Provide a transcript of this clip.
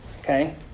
Okay